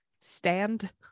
stand